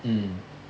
mm